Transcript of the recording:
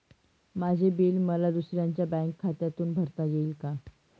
माझे बिल मला दुसऱ्यांच्या बँक खात्यातून भरता येईल का?